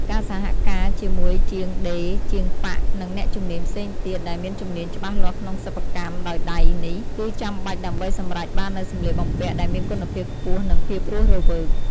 ការសហការជាមួយជាងដេរ ជាងប៉ាក់ និងអ្នកជំនាញផ្សេងទៀត ដែលមានជំនាញច្បាស់លាស់ក្នុងសិប្បកម្មដោយដៃនេះ គឺចាំបាច់ដើម្បីសម្រេចបាននូវសម្លៀកបំពាក់ដែលមានគុណភាពខ្ពស់ និងភាពរស់រវើក ។